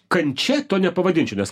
kančia to nepavadinčiau nes